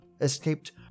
escaped